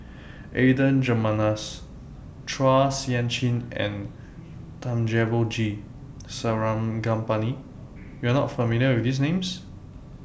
Adan Jimenez Chua Sian Chin and Thamizhavel G Sarangapani YOU Are not familiar with These Names